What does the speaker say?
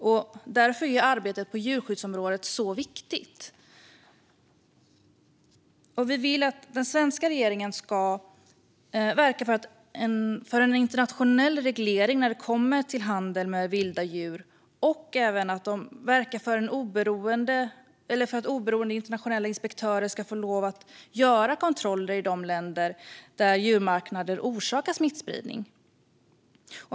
Det är därför arbetet på djurskyddsområdet är så viktigt. Vi vill att den svenska regeringen verkar för en internationell reglering när det kommer till handel med vilda djur och även verkar för att oberoende internationella inspektörer ska få lov att göra kontroller i de länder där djurmarknader orsakar smittspridning.